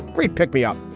great. pick me up.